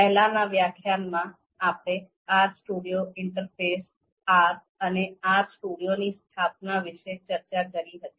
પહેલાનાં વ્યાખ્યાનમાં આપણે R સ્ટુડિયો ઇન્ટરફેસ R અને R સ્ટુડિયોની સ્થાપના વિશે ચર્ચા કરી હતી